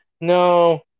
No